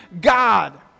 God